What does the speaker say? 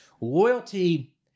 Loyalty